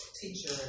teacher